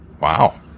wow